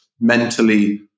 Mentally